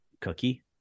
cookie